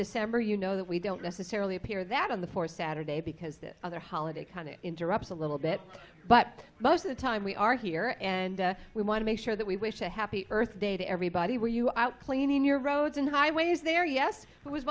december you know that we don't necessarily appear that on the four saturday because this other holiday kind of interrupts a little bit but most of the time we are here and we want to make sure that we wish a happy birthday to everybody were you out playing in your roads and highways there yes it was